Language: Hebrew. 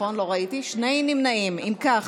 אם כן,